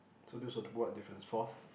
so that was the what difference fourth